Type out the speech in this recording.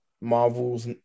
marvels